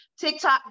TikTok